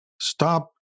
Stop